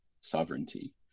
sovereignty